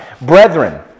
Brethren